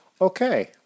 okay